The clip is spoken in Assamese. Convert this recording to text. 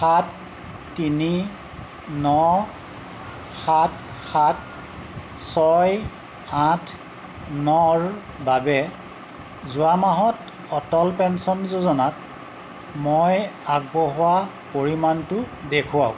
সাত তিনি ন সাত সাত ছয় আঠ নৰ বাবে যোৱা মাহত অটল পেঞ্চন যোজনাত মই আগবঢ়োৱা পৰিমাণটো দেখুৱাওক